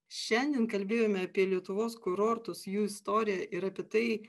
šiandien kalbėjome apie lietuvos kurortus jų istoriją ir apie tai